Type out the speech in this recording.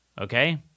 Okay